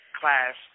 class